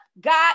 God